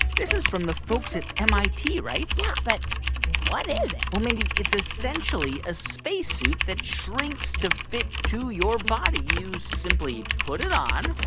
this is from the folks at mit, right? yeah. but what is it? well, mindy, it's essentially a spacesuit that shrinks to fit to your body. you simply put it on,